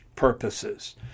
purposes